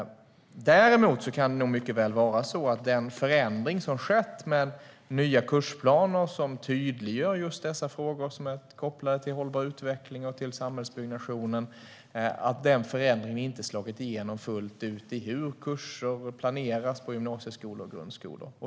Däremot kan det mycket väl vara så att den förändring som skett med nya kursplaner som tydliggör just dessa frågor som är kopplade till hållbar utveckling och till samhällsbyggnationen inte har slagit igenom fullt ut i hur kurser planeras på gymnasieskolor och grundskolor.